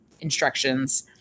instructions